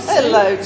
Hello